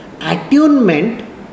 attunement